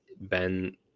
Ben